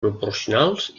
proporcionals